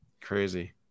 crazy